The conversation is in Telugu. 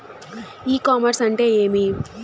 ఇ కామర్స్ అంటే ఏమి?